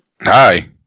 Hi